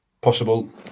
possible